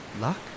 luck